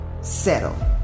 settle